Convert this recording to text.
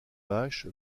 hache